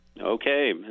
Okay